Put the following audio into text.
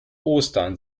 ostern